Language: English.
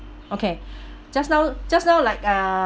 okay just now just now like uh